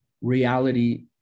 reality